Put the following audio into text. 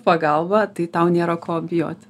pagalba tai tau nėra ko bijot